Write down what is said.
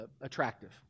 attractive